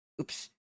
oops